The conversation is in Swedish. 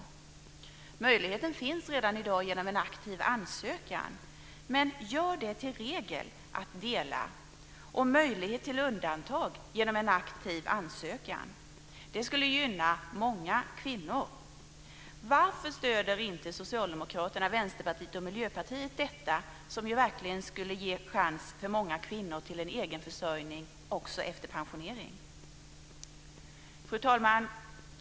Den möjligheten finns redan i dag genom en aktiv ansökan, men gör det till regel att dela och ge möjlighet till undantag genom en aktiv ansökan! Det skulle gynna många kvinnor. Varför stöder inte Socialdemokraterna, Vänsterpartiet och Miljöpartiet detta, som ju verkligen skulle ge chans för många kvinnor till egen försörjning också efter pensionering? Fru talman!